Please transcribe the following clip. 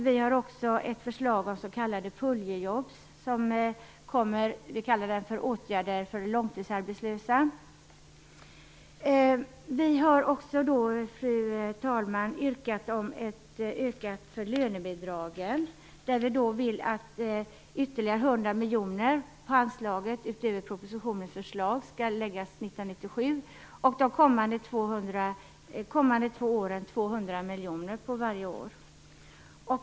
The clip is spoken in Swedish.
Vi har också ett förslag om s.k. puljejobs, som vi kallar för åtgärder för långtidsarbetslösa. Vi har, fru talman, yrkat för lönebidragen. Vi vill att 100 miljoner utöver propositionens förslag skall läggas på anslaget för 1997, och de kommande två åren 200 miljoner varje år.